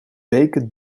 beken